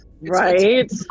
right